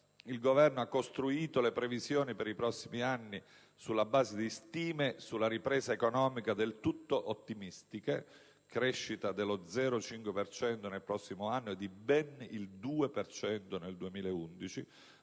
il Governo ha costruito le previsioni per i prossimi anni sulla base di stime della ripresa economica del tutto ottimistiche (crescita dello 0,5 per cento nel prossimo anno e di ben il 2 per cento